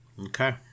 Okay